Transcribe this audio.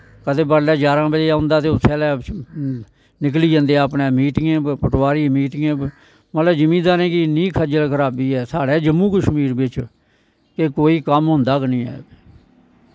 कदें बडलै जारां बज़े औंदा ते उसलै निकली जंदे अपनै मीटिगें पर पटवारी मीटिगें पर मतलव ऐ जिमीदारें दी इन्नी खज्जल खराबी ऐ साढ़े जम्मू कश्मीर बिच के कोई कम्म होंदा गै नी ऐ